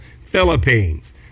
Philippines